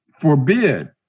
forbid